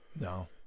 No